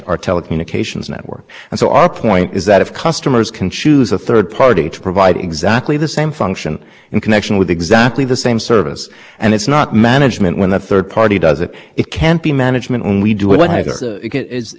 example i think directory assistance was part of the basic service yes now if a third party comes along and says you know i've got a better directory service but better directory assistance program because i have done stuff that makes